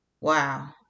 Wow